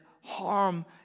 harm